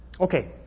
Okay